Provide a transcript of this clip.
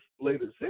later